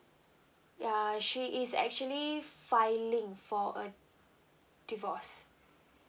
yeah she is actually filing for a divorce